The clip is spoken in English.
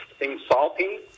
insulting